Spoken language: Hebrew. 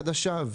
חדשה.